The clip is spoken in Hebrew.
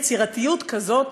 יצירתיות כזו,